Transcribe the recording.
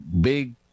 big